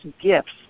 gifts